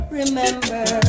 remember